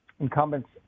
Incumbents